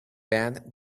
banned